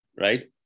right